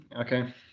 Okay